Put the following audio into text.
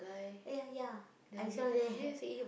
ya ya I saw that